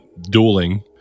dueling